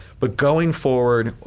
but going forward,